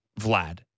Vlad